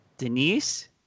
Denise